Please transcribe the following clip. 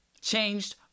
Changed